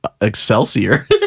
Excelsior